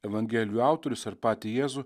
evangelijų autorius ar patį jėzų